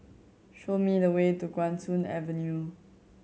show me the way to Guan Soon Avenue